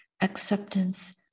acceptance